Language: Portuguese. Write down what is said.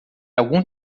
algum